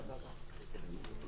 הצבעה לא נתקבלה.